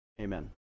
amen